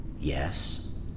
Yes